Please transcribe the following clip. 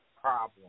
problem